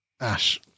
Ash